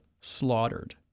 slaughtered